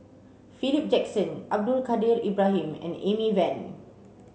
Philip Jackson Abdul Kadir Ibrahim and Amy Van